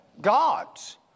gods